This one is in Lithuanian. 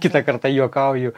kitą kartą juokauju